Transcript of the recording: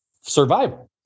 survival